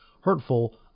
hurtful